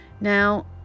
now